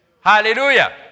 Hallelujah